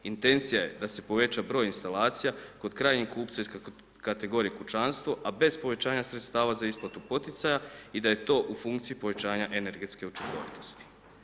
Intencija je da se poveća broj instalacija kod krajnjeg kupca iz kategorije kućanstvo, a bez povećanja sredstava za isplatu poticaja i da je to u funkciji povećanja energetske učinkovitosti.